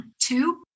two